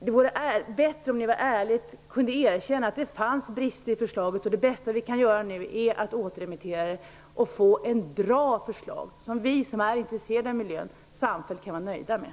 Det vore bättre om ni var ärliga och kunde erkänna att det fanns brister i förslaget, och att det bästa vi nu kan göra är att återremittera det och få ett bra förslag som vi som är intresserade av miljön samfällt kan vara nöjda med.